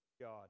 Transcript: God